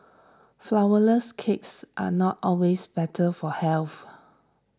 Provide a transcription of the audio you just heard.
Flourless Cakes are not always better for health